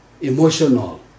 Emotional